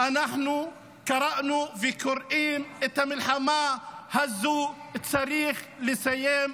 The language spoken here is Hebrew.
אנחנו קראנו וקוראים: את המלחמה הזאת צריך לסיים מיידית.